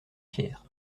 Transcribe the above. fier